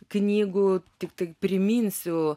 knygų tiktai priminsiu